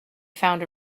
found